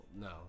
No